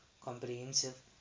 comprehensive